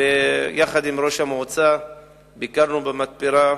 ויחד עם ראש המועצה ביקרנו במתפרה.